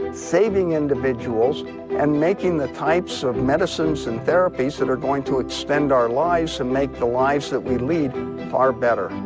saving individuals and making the types of medicines and therapies that are going to extend our lives and make the lives that we lead far better.